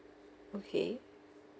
okay